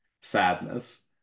sadness